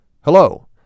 Hello